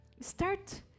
Start